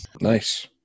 Nice